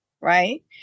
Right